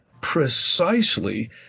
precisely